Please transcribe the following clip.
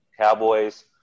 Cowboys